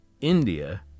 India